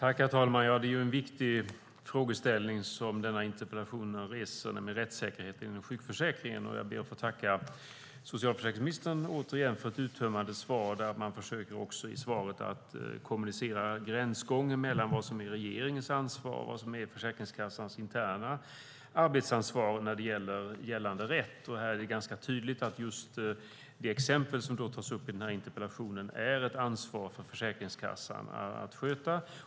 Herr talman! Det är en viktig frågeställning som reses i denna interpellation om rättssäkerheten inom sjukförsäkringen. Jag ber återigen att få tacka socialförsäkringsministern för ett uttömmande svar. Han försöker också i svaret att kommunicera gränsgången mellan vad som är regeringens ansvar och vad som är Försäkringskassans interna arbetsansvar när det gäller gällande rätt. Det är ganska tydligt att just det exempel som tas upp i den här interpellationen är ett ansvar för Försäkringskassan att sköta.